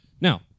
now